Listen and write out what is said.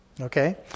okay